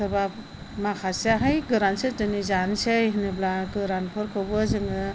सोरबा माखासेयाहाय गोरानसो दिनै जानोसै होनोब्ला गोरानफोरखौबो जोङो